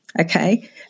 okay